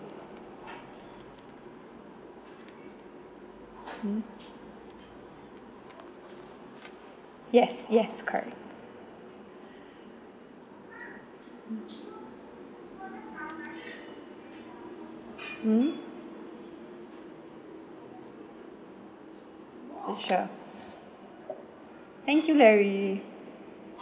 mmhmm yes yes correct mmhmm yes sure thank you larry